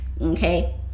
okay